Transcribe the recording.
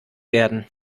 werden